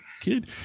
kid